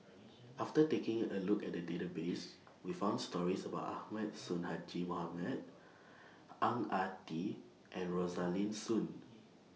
after taking A Look At The Database We found stories about Ahmad Sonhadji Mohamad Ang Ah Tee and Rosaline Soon